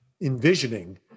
envisioning